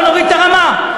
בוא נוריד את הרמה,